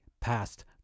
past